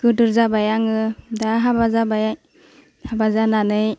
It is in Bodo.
गोदोर जाबाय आङो दा हाबा जाबाय हाबा जानानै